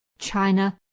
china,